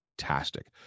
fantastic